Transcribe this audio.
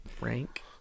rank